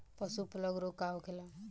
पशु प्लग रोग का होखेला?